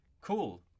Cool